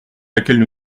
laquelle